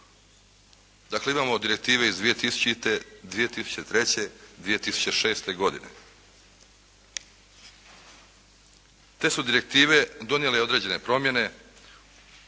Dakle imamo direktive iz 2000., 2003., 2006. godine. Te su direktive donijele određene promjene